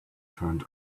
turned